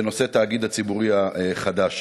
בנושא התאגיד הציבורי החדש.